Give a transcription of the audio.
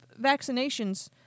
vaccinations